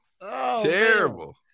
terrible